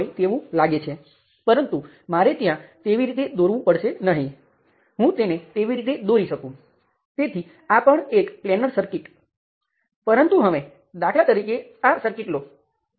તે કેસ પર પાછા જાઓ અને જુઓ કે આપણે તે કેવી રીતે કર્યું હતું અને ત્રણ મેશ સમીકરણો લખો કારણ કે આપણી પાસે કોઈ કરંટ સ્ત્રોત નથી આપણે કોઈપણ તકલીફ વગર 3 મેશ સમીકરણો લખી શકીએ છીએ